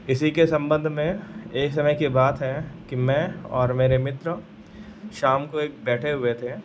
इसी के सम्बन्ध में एक समय की बात है कि मैं और मेरे मित्र शाम को एक बैठे हुए थे